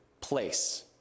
place